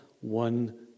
one